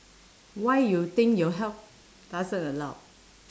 why you think your health doesn't allow